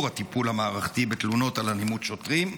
הטיפול המערכתי בתלונות על אלימות שוטרים?